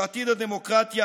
שעתיד הדמוקרטיה,